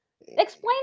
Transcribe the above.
Explain